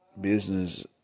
business